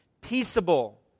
Peaceable